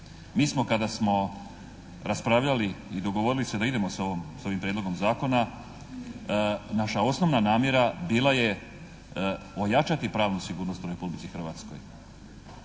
Mi smo kada smo raspravljali i dogovorili se da idemo sa ovim prijedlogom zakona, naša osnovna namjera bila je ojačati pravnu sigurnost u Republici Hrvatskoj.